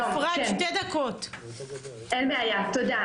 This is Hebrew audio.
אין בעיה, תודה.